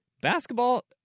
basketball